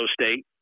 State